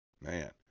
Man